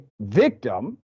victim